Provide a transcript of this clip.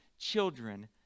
children